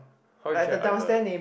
how you care either